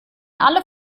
alle